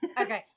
Okay